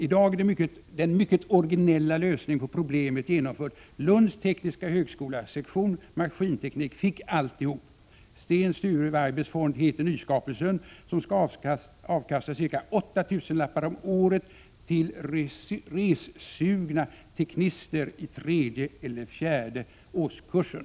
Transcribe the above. I dag är den mycket originella lösningen på problemet genomförd. Lunds tekniska högskola , sektion maskinteknik, fick alltihop. Sten Sture Weibers fond heter nyskapelsen, som ska avkasta cirka åtta tusenlappar om året till ressugna teknister i tredje eller fjärde årskursen.”